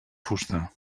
fusta